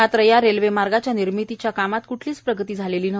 मात्र या रेल्वेमार्गाच्या निमीर्तीच्या कामात कुठलीच प्रगती झालेली नाही